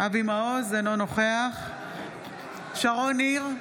אינו נוכח שרון ניר,